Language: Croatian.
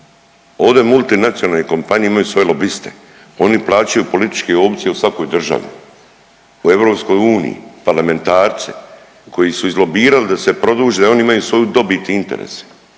Ode multinacionalne kompanije imaju svoje lobiste, oni plaćaju političke opcije u svakoj državi, u EU, parlamentarci koji su izlobirali da se produže, da oni imaju svoju dobit i interese,